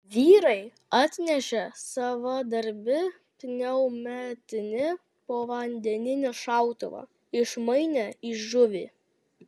vyrai atnešė savadarbį pneumatinį povandeninį šautuvą išmainė į žuvį